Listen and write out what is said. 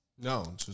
No